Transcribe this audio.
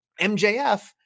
MJF